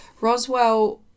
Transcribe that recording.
Roswell